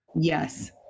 Yes